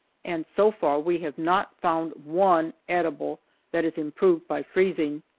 and so far we have not found one edible that is improved by freezing.